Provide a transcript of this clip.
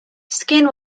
skin